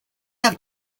have